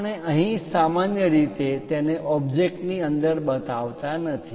આપણે અહીં સામાન્ય રીતે તેને ઓબ્જેક્ટ ની અંદર બતાવતા નથી